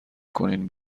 کنین